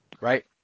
right